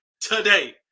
today